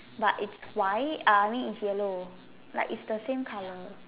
but it's white err I mean it's yellow like its the same colour